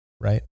right